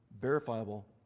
verifiable